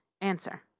answer